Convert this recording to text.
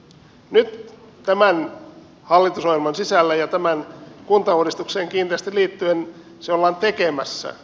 nyt tämän hallitusohjelman sisällä ja tähän kuntauudistukseen kiinteästi liittyen se ollaan tekemässä